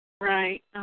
Right